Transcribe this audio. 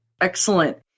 Excellent